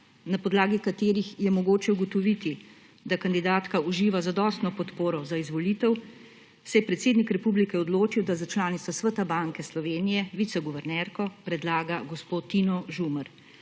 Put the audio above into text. na podlagi katerih je mogoče ugotoviti, da kandidatka uživa zadostno podporo za izvolitev, se je predsednik Republike odločil, da za članico Sveta banke Slovenije viceguvernerko predlaga gospod Tino Žumer,